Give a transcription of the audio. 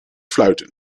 fluiten